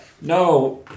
no